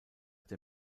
der